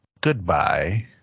goodbye